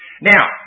Now